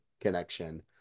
connection